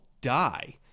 die